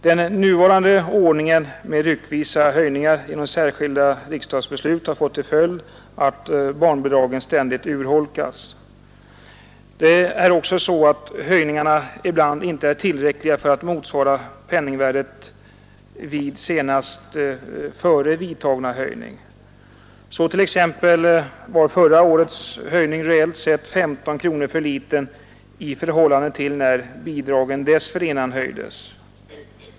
Den nuvarande ordningen med ryckvisa höjningar genom särskilda riksdagsbeslut har fått till följd att barnbidragen ständigt urholkas. Ibland är höjningarna inte tillräckliga för att täcka penningvärdets ändring efter senast vidtagna höjning. Så t.ex. var förra årets höjning reellt sett 15 kronor för liten i förhållande till läget när bidragen dessförinnan höjdes.